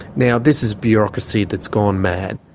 now, this is bureaucracy that's gone mad.